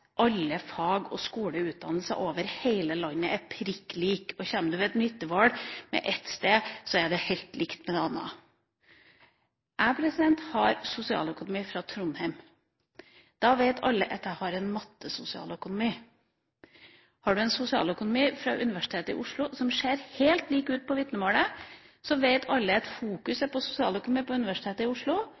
alle fag, skoler og utdanninger over hele landet er prikk like, og at et fag ett sted er helt likt faget et annet sted. Jeg har sosialøkonomi fra Trondheim. Da vet alle at jeg har en «matte-sosialøkonomi». Har man sosialøkonomi fra Universitetet i Oslo, som ser helt lik ut på vitnemålet, vet alle at vektlegginga på sosialøkonomi ved Universitetet i Oslo